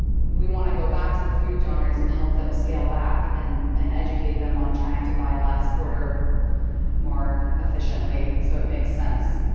we wanna go back to the food donors and help them scale back and and educate them on trying to buy less, order more efficiently, so it makes sense.